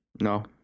No